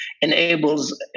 enables